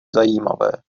zajímavé